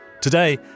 Today